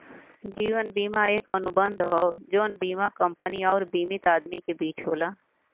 जीवन बीमा एक अनुबंध हौ जौन बीमा कंपनी आउर बीमित आदमी के बीच होला